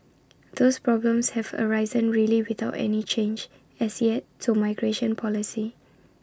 those problems have arisen really without any change as yet to migration policy